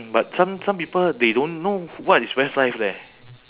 but some some people they don't know what is westlife leh